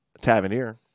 Tavernier